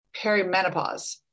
perimenopause